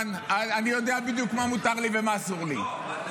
אני יודע בדיוק מה מותר לי ומה אסור לי.